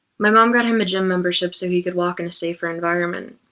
my mom got him a gym membership so he could walk in a safer environment.